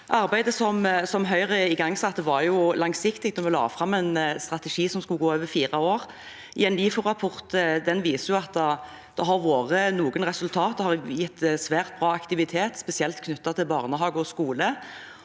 Arbeidet som Høyre igangsatte, var langsiktig, og vi la fram en strategi som skulle gå over fire år. En NIFU-rapport viser at det har kommet noen resultater og har gitt svært bra aktivitet, spesielt knyttet til barnehage og skole,